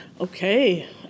okay